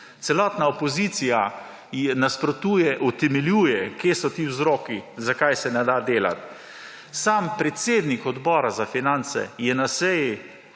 celotna opozicija nasprotuje, utemeljuje, kje so ti vzroki, zakaj se ne da delati, sam predsednik Odbora za finance je na seji